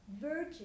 virgin